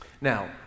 Now